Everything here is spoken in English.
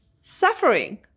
suffering